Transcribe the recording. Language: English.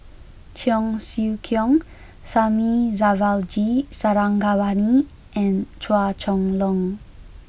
Cheong Siew Keong Thamizhavel G Sarangapani and Chua Chong Long